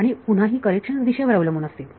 आणि पुन्हा ही करेक्शन्स दिशेवर अवलंबून असतील